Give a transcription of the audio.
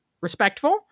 respectful